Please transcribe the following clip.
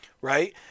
right